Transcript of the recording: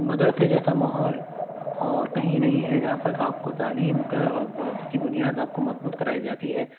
مدرسے جیسا ماحول اور کہیں نہیں ہے جہاں پر آپ کو تعلیم کی بنیاد آپ کو مضبوط کرائی جاتی ہے